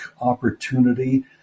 opportunity